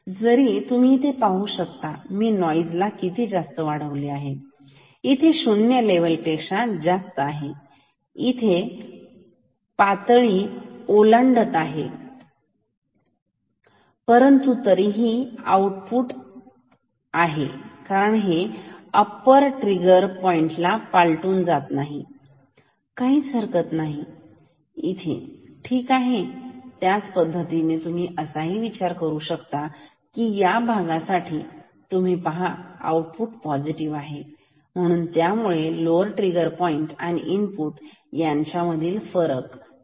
जरी तुम्ही पाहू शकता की मी नोइस ला किती जास्त वाढवले आहे इथे 0 लेव्हल पेक्षा जास्त आहे इथे पातळी ओलांडत आहे परंतु तरीही आउटपुट आहे कारण हे अप्पर पॉइंटला पालटुन जात नाही तर काही हरकत नाही इथे ठीक आहे त्याच पद्धतीने तुम्ही असाही विचार करू शकता कि या भागासाठी तुम्ही पाहू शकता आउटपुट पॉझिटिव आहे म्हणून त्यामुळे लोअर ट्रिगर पॉइंट आणि इनपुट यांच्यामधील सक्रिय फरक जाणून घेण्यासाठी